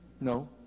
No